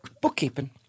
bookkeeping